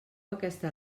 aquesta